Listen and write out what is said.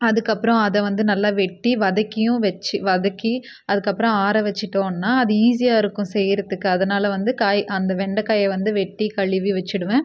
அதுக்கப்புறம் அதை வந்து நல்லா வெட்டி வதக்கியும் வச்சு வதக்கி அதுக்கப்புறம் ஆற வச்சுட்டோன்னா அது ஈஸியாக இருக்கும் செய்கிறதுக்கு அதனால் வந்து காய் அந்த வெண்டைக்காய வந்து வெட்டி கழுவி வச்சுடுவேன்